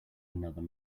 another